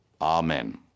Amen